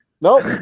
Nope